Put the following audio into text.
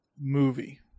Movie